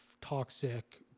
toxic